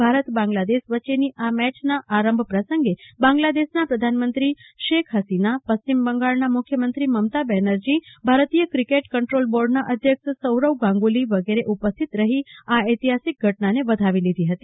ભારત બાંગ્લાદેશ વચ્ચેની આ મેચના આરંભ પ્રસંગે બાંગ્લ ાદેશના પ્રધાનમંત્રી શેખ હસીના પશ્ચિમ બંગાળના મુખ્યમંત્રી મમતા બેનર્જી ભારતીયા ક્રિકેટ બોર્ડના અધ્યક્ષ સૌરવ ગાંગ્રલી વિગેરે ઉપસ્થિત રહી આ ઐતિહાસિક ઘટનાને વધાવી લીધી હતી